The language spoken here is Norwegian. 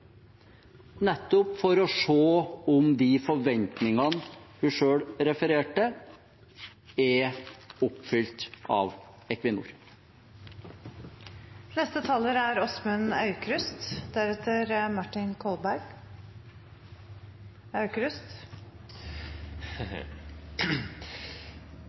nettopp for å se om de forventningene hun selv refererte til, er oppfylt av Equinor. Historien om Equinor og Statoil er